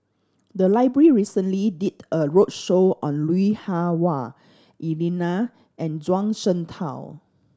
the library recently did a roadshow on Lui Hah Wah Elena and Zhuang Shengtao